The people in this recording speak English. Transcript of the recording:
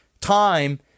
time